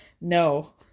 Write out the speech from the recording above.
No